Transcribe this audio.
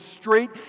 straight